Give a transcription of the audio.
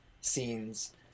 scenes